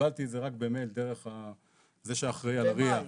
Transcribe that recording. קיבלתי את זה רק במייל דרך זה שאחרי על ריא,